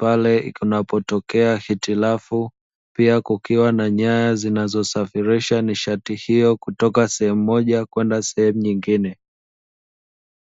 pale inapotokea hitilafu. Pia kukiwa na nyaya zinazotumika kusafirisha nishati hiyo kutoka sehemu moja kwenda nyingine.